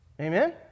Amen